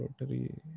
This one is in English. Rotary